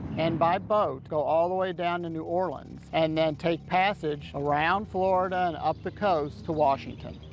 and by boat, go all the way down to new orleans and then take passage around florida and up the coast to washington.